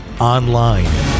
online